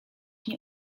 nie